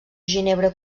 ginebre